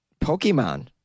Pokemon